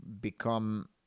become